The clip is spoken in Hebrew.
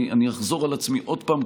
אני אחזור על עצמי עוד פעם,